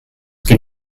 gen